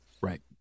Right